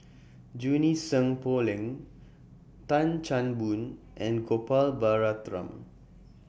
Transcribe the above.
Junie Sng Poh Leng Tan Chan Boon and Gopal Baratham